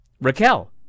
Raquel